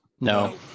No